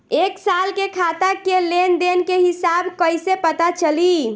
एक साल के खाता के लेन देन के हिसाब कइसे पता चली?